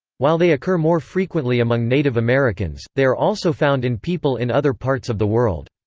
while they occur more frequently among native americans, they are also found in people in other parts of the world.